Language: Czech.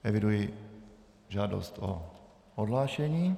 Eviduji žádost o odhlášení.